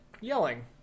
yelling